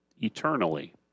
eternally